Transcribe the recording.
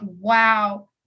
wow